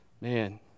man